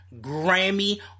Grammy